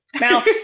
now